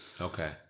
Okay